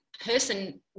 person